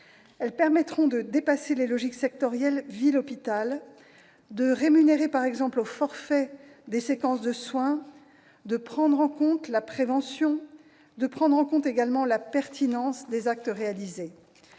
Elles permettront de dépasser les logiques sectorielles ville-hôpital, de rémunérer par exemple au forfait des séquences de soins, de prendre en compte la prévention, ainsi que la pertinence des actes réalisés.